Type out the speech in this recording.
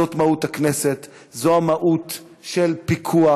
זאת מהות הכנסת, זו המהות של פיקוח.